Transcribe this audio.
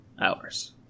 hours